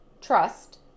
trust